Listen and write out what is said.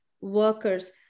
workers